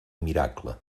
miracle